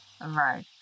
Right